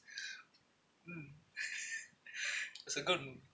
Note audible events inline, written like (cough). (breath) mm (laughs) it's a good